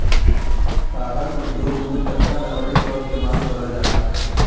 कागज उद्योग में कच्चा लकड़ी क इस्तेमाल करल जाला